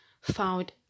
found